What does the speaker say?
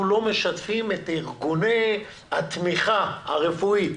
לא משתפים את ארגוני התמיכה הרפואית,